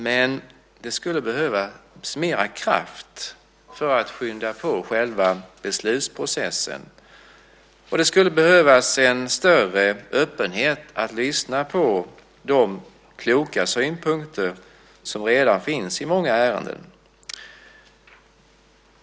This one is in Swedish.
Men det skulle behövas mer kraft för att skynda på själva beslutsprocessen, och det skulle behövas en större öppenhet att lyssna på de kloka synpunkter som redan finns i många ärenden.